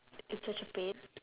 it's such a pain